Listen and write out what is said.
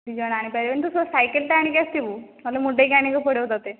ଦୁଇ ଜଣ ଆଣିପାରିବା ନି ତ ତୋ ସାଇକେଲ୍ଟା ଆଣିକି ଆସିଥିବୁ ନହେଲେ ମୁଣ୍ଡେଇକି ଆଣିବାକୁ ପଡ଼ିବ ତତେ